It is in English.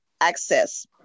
access